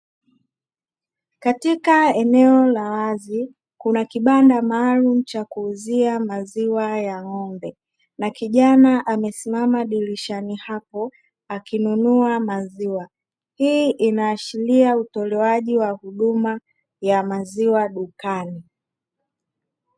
Katika eneo la wazi kuna kibanda maalumu cha kuuzia maziwa ya ng'ombe, na kijana amesimama dirishani hapo akinunua maziwa hii inaashiria utolewaji wa huduma ya maziwa dukani.